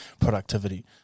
productivity